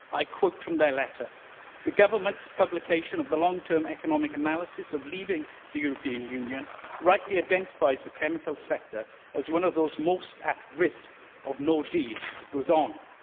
i quote from their letter the government's publication of the long-term economic analysis of leaving the european union rightly identifies the chemical sector as one of those most at risk of no deal it goes on,